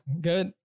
Good